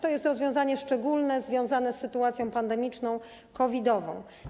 To jest rozwiązanie szczególne, związane z sytuacją pandemiczną, COVID-ową.